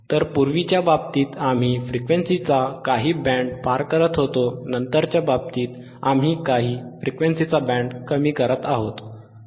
तर पूर्वीच्या बाबतीत आम्ही फ्रिक्वेन्सीचा काही बँड पार करत आहोत नंतरच्या बाबतीत आम्ही काही फ्रिक्वेन्सीचा बँड कमी करत आहोत